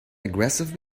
aggressive